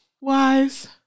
wise